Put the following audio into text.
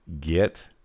get